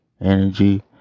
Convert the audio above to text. energy